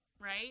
right